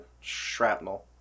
Shrapnel